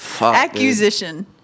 accusation